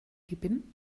keeping